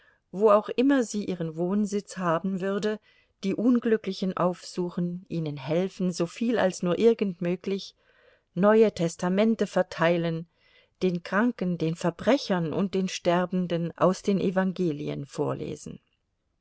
wo auch immer sie ihren wohnsitz haben würde die unglücklichen aufsuchen ihnen helfen soviel als nur irgend möglich neue testamente verteilen den kranken den verbrechern und den sterben den aus den evangelien vorlesen